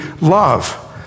love